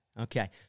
Okay